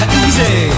easy